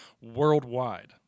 worldwide